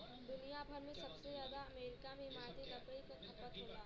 दुनिया भर में सबसे जादा अमेरिका में इमारती लकड़ी क खपत होला